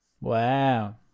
Wow